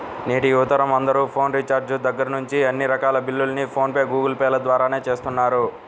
నేటి యువతరం అందరూ ఫోన్ రీఛార్జి దగ్గర్నుంచి అన్ని రకాల బిల్లుల్ని ఫోన్ పే, గూగుల్ పే ల ద్వారానే చేస్తున్నారు